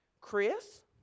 Chris